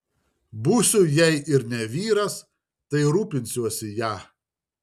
būsiu jei ir ne vyras tai rūpinsiuosi ja